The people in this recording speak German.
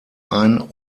ein